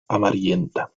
amarillenta